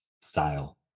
style